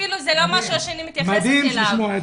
אפילו זה לא משהו שאני מתייחסת אליו.